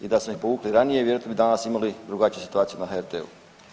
I da ste ih povukli ranije, vjerojatno bi danas imali drugačiju situaciju na HRT-u.